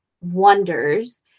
wonders